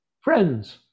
friends